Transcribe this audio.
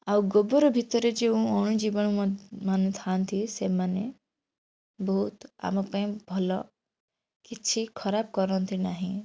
ଆଉ ଗୋବର ଭିତରେ ଯେଉଁ ଅଣୁ ଜୀବାଣୁ ମାନେ ଥାଆନ୍ତି ସେମାନେ ବହୁତ ଆମ ପାଇଁ ଭଲ କିଛି ଖରାପ କରନ୍ତି ନାହିଁ